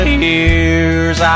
years